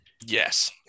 Yes